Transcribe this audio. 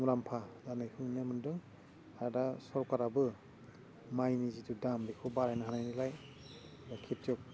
मुलाम्फा जानायखौ नुनो मोनदों आरो दा सकाराबो माइनि जिथु दाम बेखौ बारायना होनायलाय बे खेथिय'ग